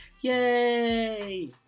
Yay